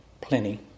plenty